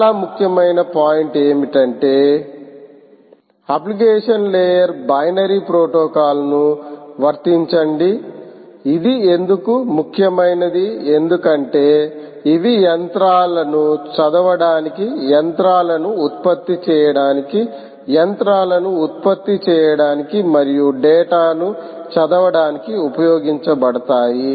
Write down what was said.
చాలా ముఖ్యమైన పాయింట్ ఏమిటంటే అప్లికేషన్ లేయర్ బైనరీ ప్రోటోకాల్లను వర్తించండి ఇది ఎందుకు ముఖ్యమైనది ఎందుకంటే ఇవి యంత్రాలను చదవడానికి యంత్రాలను ఉత్పత్తి చేయడానికి యంత్రాలను ఉత్పత్తి చేయడానికి మరియు డేటా ను చదవడానికి ఉపయోగించబడతాయి